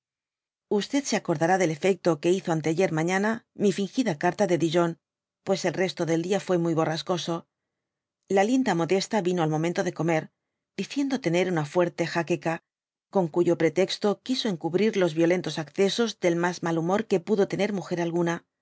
se acordará del efecto que hizo anteayí mañana mi fíngida carta de dijon pues él resto del dia fué muy borrascoso la linda modesta vino al momento de comer diciendo tener una fuerte jaqueca otm cuyo pretexto quiso encubrir los y iolentw accesos del mas mal humor que pudo tener múger algima